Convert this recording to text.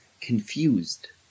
confused